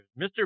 Mr